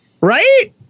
Right